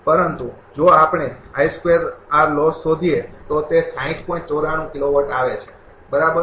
પરંતુ જો આપણે અહીં લોસ શોધીએ તો તે આવે છે બરાબર